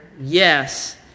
yes